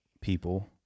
people